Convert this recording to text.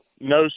No